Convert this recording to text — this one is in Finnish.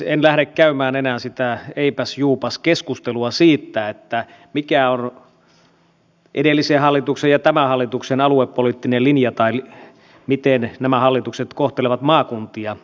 en lähde käymään enää sitä eipäsjuupas keskustelua siitä mikä on edellisen hallituksen ja tämän hallituksen aluepoliittinen linja tai miten nämä hallitukset kohtelevat maakuntia